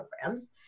programs